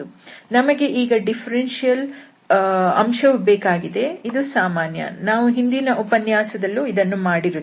ನಮಗೆ ಈ ಡಿಫರೆನ್ಷಿಯಲ್ ಅಂಶವು ಬೇಕಾಗಿದೆ ಇದು ಸಾಮಾನ್ಯ ನಾವು ಹಿಂದಿನ ಉಪನ್ಯಾಸದಲ್ಲಿಯೂ ಇದನ್ನು ಮಾಡಿರುತ್ತೇವೆ